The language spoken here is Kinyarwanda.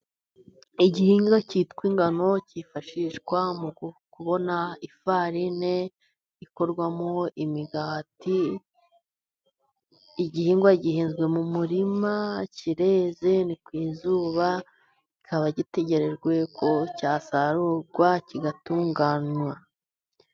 Igihingwa cyitwa ingano cyifashishwa mu kubona ifarine ikorwamo imigati . Igihingwa gihinzwe mu murima , kireze ni ku izuba kikaba gitegerejwe ko cyasarurwa , kigatunganywa.